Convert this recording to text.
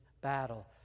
battle